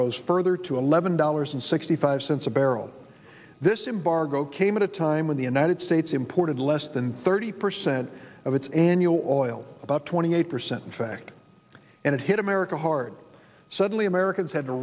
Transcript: rose further to eleven dollars and sixty five cents a barrel this embargoed came at a time when the united states imported less than thirty percent of its and oil about twenty eight percent in fact and it hit america hard suddenly